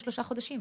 63 חודשים.